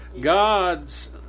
God's